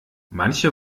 manche